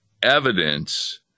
evidence